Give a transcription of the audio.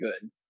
good